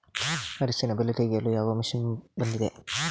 ಅರಿಶಿನ ಬೆಳೆ ತೆಗೆಯಲು ಯಾವ ಮಷೀನ್ ಬಂದಿದೆ?